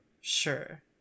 Sure